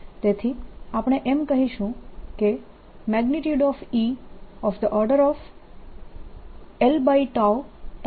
તેથી આપણે એમ કહીશું કે EB થશે